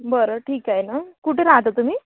बरं ठीक आहे ना कुठे राहता तुम्ही